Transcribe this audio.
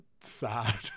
sad